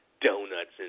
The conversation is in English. Donuts